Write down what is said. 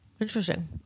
Interesting